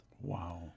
Wow